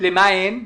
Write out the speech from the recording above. למה אין?